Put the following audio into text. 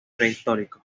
prehistóricos